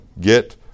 get